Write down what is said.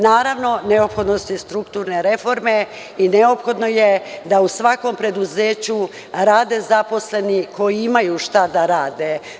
Naravno neophodno su strukturne reforme i neophodno je da u svakom preduzeću rade zaposleni koji imaju šta da rade.